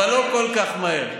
אבל לא כל כך מהר.